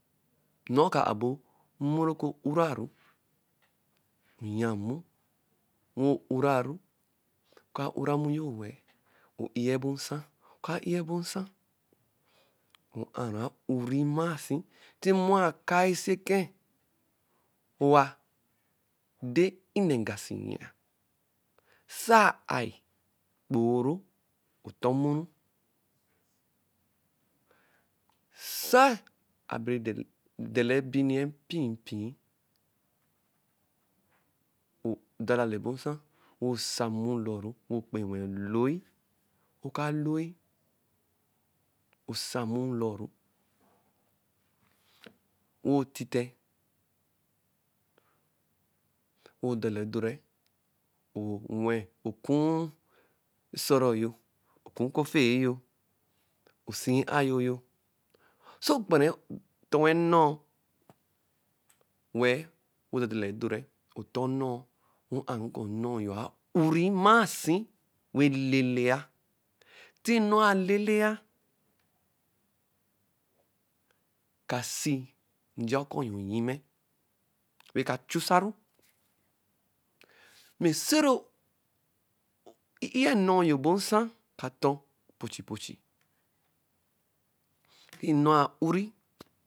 Nnɔɔ ka a ɔbo mmu nokɔ u-ra-ru. Oyia mmu wɛ u-ra-ru. Oka u-ra mmu yo wɛɛ, o-ei ebo nsa; ɔka e-i ebo nsa, ɔ-a ru a-u-ri mmasi. Tɛ mmu akai si eke, wɛ owa dɛ nnɛ ngasi yia, saa a-i-i okporo, oton mmuru, se abɛre dala e-biniyɛ mpimpio. odala olɔ ebo nsa wɛ osa mmu olɔru, wɛ okpɛnwɛ oloi. Oka loi, osa mmu olɔru, wɛ otitẹ odala edorɛ. Owɛ. oku esoro yo. oku okofe-e yo osii ayo yo, sɔ okpara etoen nnɔɔ wɛ, wɛ odudala edorɛ-ẹ, otɔn nnɔɔ wɛ o-aru kɔ nnɔɔ yo a-uri mmasi wɛ leleya. Ti nnɔɔ aleleya, eka si nja ɔkɔ yo nyimɛ, wẹ ka chusa ru. Mɛ so-ro i-iyɛ nnɔɔ ebo nsa, e-ka tɔn epochi-pochi. Ti nnɔɔ a-uri.